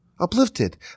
uplifted